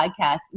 podcast